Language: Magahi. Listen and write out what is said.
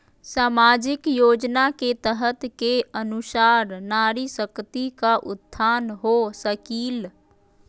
सामाजिक योजना के तहत के अनुशार नारी शकति का उत्थान हो सकील?